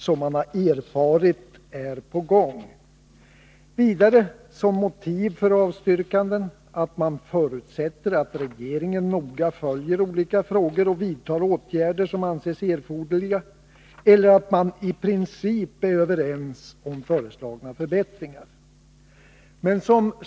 Som motiv för avstyrkandena anger utskottet vidare att man förutsätter att regeringen noga följer olika frågor och vidtar åtgärder som anses erforderliga eller också anförs det att man i princip är överens om föreslagna förbättringar.